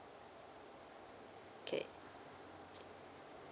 okay